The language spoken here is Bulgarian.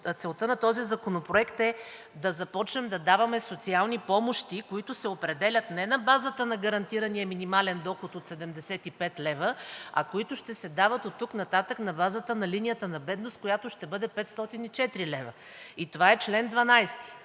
Целта на този законопроект е да започнем да даваме социални помощи, които се определят не на базата на гарантирания минимален доход от 75 лв., а които ще се дават оттук нататък на базата на линията на бедност, която ще бъде 504 лв. Това е в чл. 12,